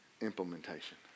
implementation